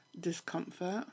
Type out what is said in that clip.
discomfort